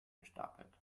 gestapelt